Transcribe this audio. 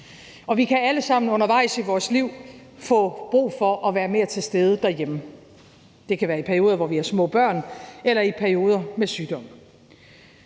Og vi kan alle sammen undervejs i vores liv få brug for at være mere til stede derhjemme. Det kan være i perioder, hvor vi har små børn, eller i perioder med sygdom.